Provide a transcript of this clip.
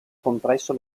compresso